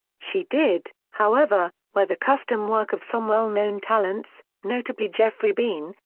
she did, however, wear the custom work of some well-known talents, notably geoffrey beene,